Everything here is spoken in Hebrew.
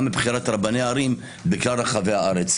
גם בבחירת רבני ערים בכלל רחבי הארץ.